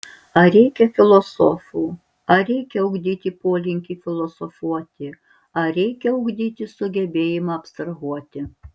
ar reikia filosofų ar reikia ugdyti polinkį filosofuoti ar reikia ugdyti sugebėjimą abstrahuoti